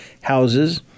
houses